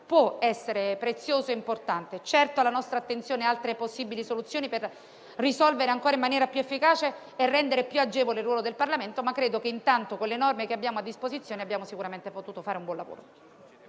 può essere prezioso e importante. Certo, resta alta la nostra attenzione per cercare altre possibili soluzioni per risolvere in maniera più efficace e rendere più agevole il ruolo del Parlamento. Intanto, con le norme che abbiamo a disposizione, abbiamo sicuramente fatto un buon lavoro.